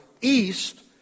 east